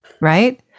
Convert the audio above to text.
Right